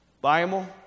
Bible